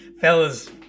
Fellas